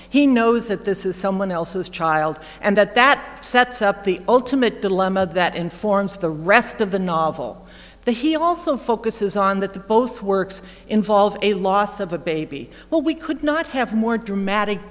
he knows that this is someone else's child and that that sets up the ultimate dilemma that informs the rest of the novel that he also focuses on that the both works involve a loss of a baby well we could not have more dramatic